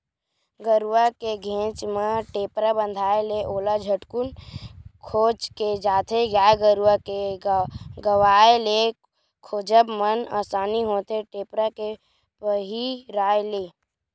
गरुवा के घेंच म टेपरा बंधाय ले ओला झटकून खोज ले जाथे गाय गरुवा के गवाय ले खोजब म असानी होथे टेपरा के पहिराय ले